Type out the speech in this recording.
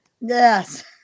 Yes